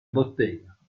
bottega